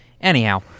Anyhow